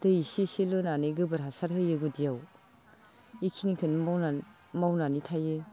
दै इसे इसे लुनानानै गोबोर हासार होयो गुदियाव बेखिनिखोनो मावनानै मावनानै थायो